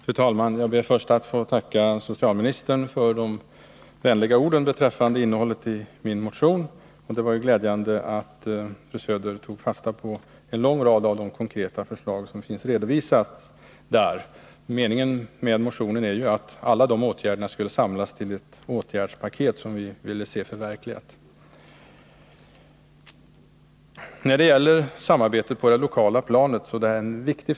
Fru talman! Jag ber först att få tacka socialministern för de vänliga orden beträffande innehållet i min motion. Det var glädjande att fru Söder tog fasta på en lång rad av de konkreta förslag som finns redovisade där. Meningen med motionen är ju att alla åtgärder skall samlas till ett åtgärdspaket, som vi vill se förverkligat. Samarbetet på det lokala planet är viktigt.